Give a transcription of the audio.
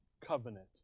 covenant